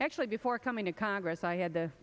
actually before coming to congress i had the